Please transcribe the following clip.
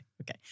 okay